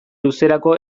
luzerako